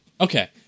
Okay